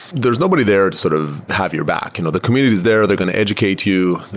there's nobody there to sort of have your back. and the community is there. they're going to educate you.